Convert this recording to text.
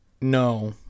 no